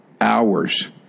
hours